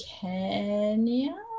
Kenya